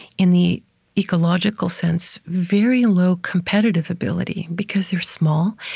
in the ecological sense, very low competitive ability, because they're small,